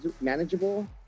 manageable